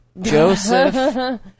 Joseph